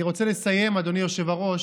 אני רוצה לסיים, אדוני היושב-ראש.